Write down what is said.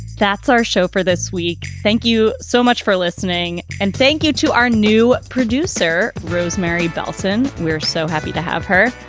that's our show for this week. thank you so much for listening. and thank you to our new producer, rosemary bellson we're so happy to have her.